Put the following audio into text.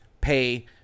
pay